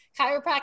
Chiropractic